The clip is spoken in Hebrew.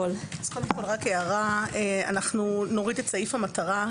קודם כל הערה נוסיף את סעיף המטרה,